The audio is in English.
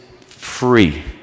free